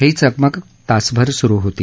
ही चकमक तासभर सुरू होती